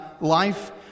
life